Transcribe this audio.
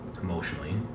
emotionally